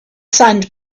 sand